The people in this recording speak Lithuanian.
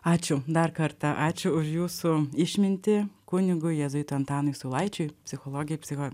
ačiū dar kartą ačiū už jūsų išmintį kunigui jėzuitui antanui saulaičiui psichologei psicho